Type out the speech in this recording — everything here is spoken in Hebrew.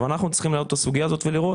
אנחנו צריכים להעלות את הסוגיה הזאת ולראות